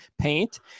paint